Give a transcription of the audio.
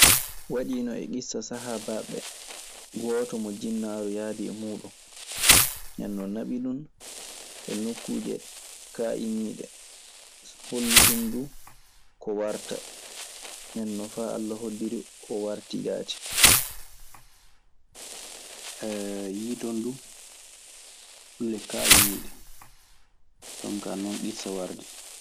Waɗiino e ŋissa sahaabaaɓe, gooto mo jinnaaru yahdii e muuɗun. Ndeen non naɓi ɗun e nokkuuje kaayiniiɗe, holliɗun duu ko warta. Ndeen non faa Alla hoddiri o wartii jaati, yii ton duu kulle kaayniiɗe. Jonkaa non ŋissa wardi.